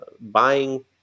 buying